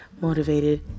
motivated